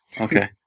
Okay